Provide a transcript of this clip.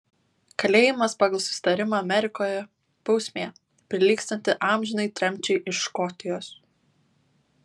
kalėjimas pagal susitarimą amerikoje bausmė prilygstanti amžinai tremčiai iš škotijos